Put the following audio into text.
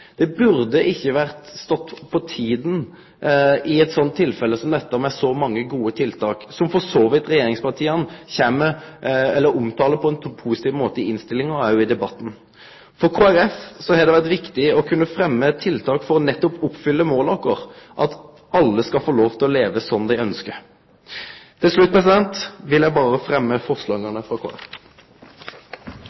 Det burde ikke stått på tiden i et tilfelle med så mange gode tiltak, som for så vidt regjeringspartiene omtaler på en positiv måte både i innstillingen og i debatten. For Kristelig Folkeparti har det vært viktig å kunne fremme et tiltak for nettopp å oppfylle målet vårt, at alle skal få lov til å leve som de ønsker. Til slutt vil jeg bare fremme